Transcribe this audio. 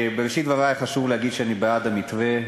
בראשית דברי חשוב לי להגיד שאני בעד המתווה,